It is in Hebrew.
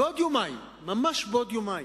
בעוד יומיים, ממש בעוד יומיים,